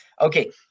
Okay